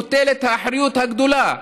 מוטלת האחריות הגדולה,